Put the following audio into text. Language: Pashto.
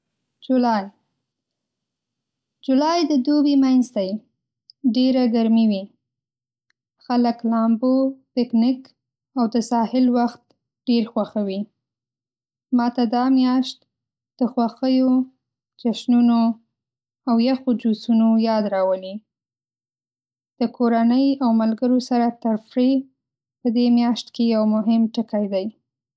جولای: جولای د دوبي منځ دی، ډېره ګرمي وي. خلک لامبو، پکنیک او د ساحل وخت ډېر خوښوي. ما ته دا میاشت د خوښیو، جشنونو او یخو جوسونو یاد راولي. د کورنۍ او ملګرو سره تفریح په دې میاشت کې یو مهم ټکی دی.